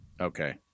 Okay